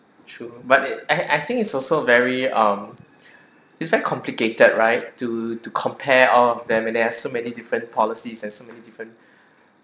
true but it I I think is also very um it's very complicated right to to compare all of them and there are so many different policies and so many different